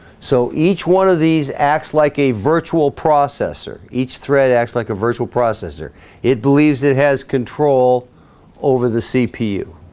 so each one of these acts like a virtual processor each thread acts like a virtual processor it believes it has control over the cpu